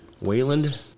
Wayland